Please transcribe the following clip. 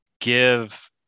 give